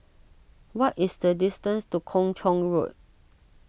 what is the distance to Kung Chong Road